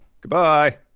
Goodbye